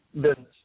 business